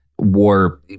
war